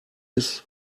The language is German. ist